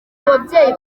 ababyeyi